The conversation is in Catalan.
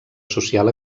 social